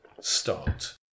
start